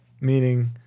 meaning